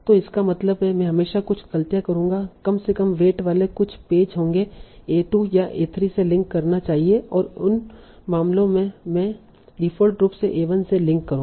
तो इसका मतलब है मैं हमेशा कुछ गलतियां करूंगा कम से कम वेट वाले कुछ पेज होंगे a2 या a3 से लिंक करना चाहिए और उन मामलों में मैं Refer Time 2703 डिफ़ॉल्ट रूप से a1 से लिंक करूंगा